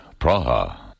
Praha